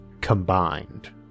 combined